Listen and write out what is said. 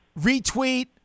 retweet